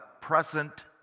present